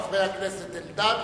חברי הכנסת אלדד והורוביץ.